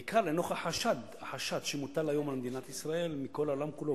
בעיקר לנוכח החשד שמוטל היום על מדינת ישראל מכל העולם כולו,